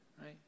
right